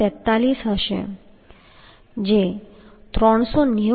43 હશે જે 390